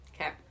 Okay